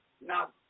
Now